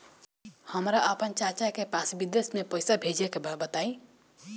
हमरा आपन चाचा के पास विदेश में पइसा भेजे के बा बताई